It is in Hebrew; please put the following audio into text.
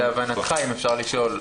אז להבנתך, אם אפשר לשאול,